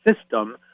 system